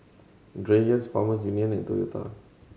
Dreyers Farmers Union and Toyota